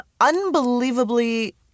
unbelievably